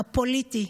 הפוליטי,